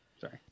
Sorry